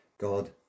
God